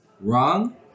wrong